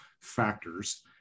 factors